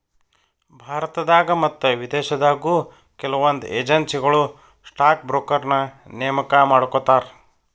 ಭಾರತದಾಗ ಮತ್ತ ವಿದೇಶದಾಗು ಕೆಲವೊಂದ್ ಏಜೆನ್ಸಿಗಳು ಸ್ಟಾಕ್ ಬ್ರೋಕರ್ನ ನೇಮಕಾ ಮಾಡ್ಕೋತಾರ